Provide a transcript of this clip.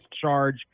charge